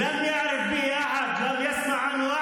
ואף אחד לא ידע על קיומו, אף אחד לא שמע עליו.